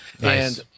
Nice